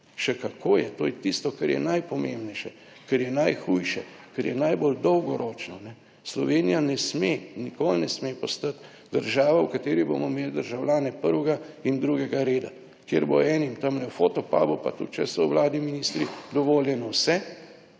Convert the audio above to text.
Še kako je. To je tisto, kar je najpomembnejše, kar je najhujše, kar je najbolj dolgoročno. Slovenija ne sme, nikoli ne sme postati država, v kateri bomo imeli državljane prvega in drugega reda, kjer bo enim tamle v Fotopabu pa tudi če so v Vladi ministri dovoljeno vse.